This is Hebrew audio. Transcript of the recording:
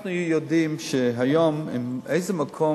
אנחנו יודעים שהיום אם באיזה מקום,